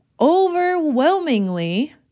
Overwhelmingly